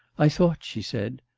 i thought she said,